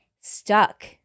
stuck